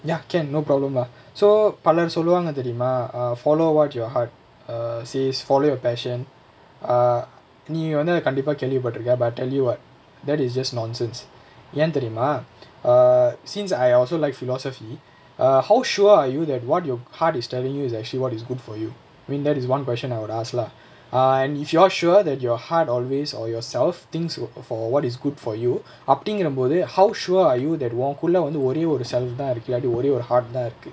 ya can no problem lah so பலர் சொல்லுவாங்க தெரியுமா:palar solluvaanga theriyumaa err follow what your heart err says follow your passion err நீ வந்து அத கண்டிப்பா கேள்விபட்டிருக்க:nee vanthu atha kandippa kelvipattirukka but tell you what that it's just nonsense யே தெரியுமா:yae theriyumaa err since I also liked philosophy err how sure are you that what your heart is telling you is actually what is good for you mean that is one question I would ask lah err and if you are sure that your heart always oh yourself things is for what is good for you அப்டிங்குற போது:apdingura pothu how sure are you that ஓங்குள்ள வந்து ஒரே ஒரு:ongulla vanthu orae oru self தா இருக்கு இல்லாட்டி ஒரே ஒரு:thaa irukku illaatti orae oru heart தா இருக்கு:thaa irukku